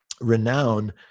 renown